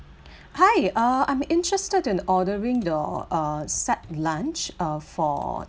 hi uh I'm interested in ordering the uh set lunch uh for